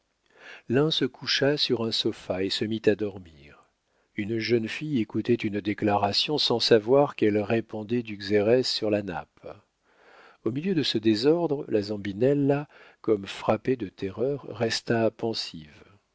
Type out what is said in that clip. l'un se coucha sur un sofa et se mit à dormir une jeune fille écoutait une déclaration sans savoir qu'elle répandait du xérès sur la nappe au milieu de ce désordre la zambinella comme frappée de terreur resta pensive